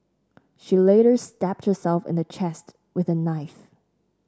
she later stabbed herself in the chest with a knife